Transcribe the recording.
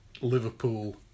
Liverpool